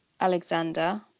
Alexander